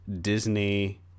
Disney